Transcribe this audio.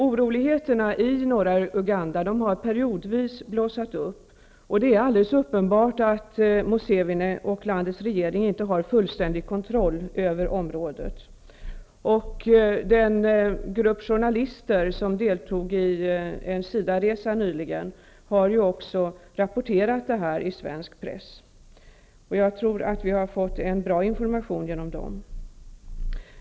Oroligheterna i norra Uganda har periodvis blossat upp, och det är alldeles uppenbart att landets president Museveni och landets regering inte har fullständig kontroll över området. resa nyligen har ju också rapporterat om detta i svensk press, och jag tror att vi har fått en bra information genom dem.